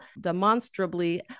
demonstrably